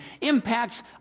impacts